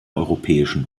europäischen